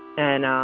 and,